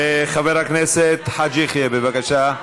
חבר הכנסת חאג' יחיא, בבקשה.